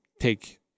take